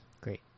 Great